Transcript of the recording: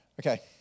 Okay